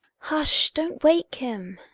hush! don't wake him!